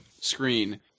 screen